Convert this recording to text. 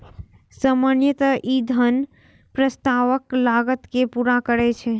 सामान्यतः ई धन प्रस्तावक लागत कें पूरा करै छै